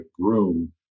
groom